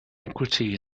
equity